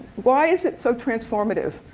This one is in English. why is it so transformative?